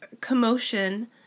commotion